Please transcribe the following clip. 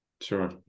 Sure